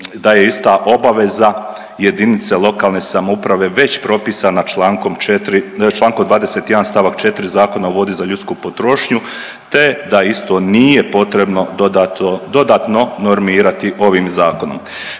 da je ista obaveza jedinice lokalne samouprave već propisana čl. 4, čl. 21 st. 4 Zakona o vodi za ljudsku potrošnju te da isto nije potrebno dodatno normirati ovim Zakonom.